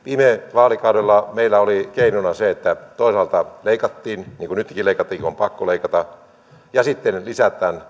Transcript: vaalikaudella meillä oli keinona se että toisaalta leikattiin niin kuin nytkin leikattiin kun on pakko leikata ja sitten lisättiin